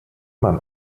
man